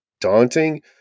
daunting